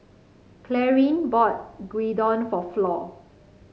Clarine bought Gyudon for Flor